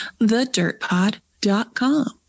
thedirtpod.com